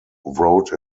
wrote